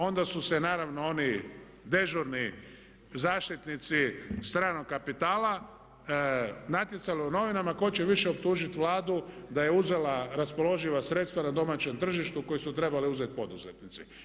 Onda su se naravno oni dežurni zaštitnici stranog kapitala natjecali u novinama tko će više optužiti Vladu da je uzela raspoloživa sredstva na domaćem tržištu koju su trebali uzeti poduzetnici.